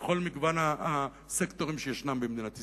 בכל מגוון הסקטורים שישנם במדינת ישראל.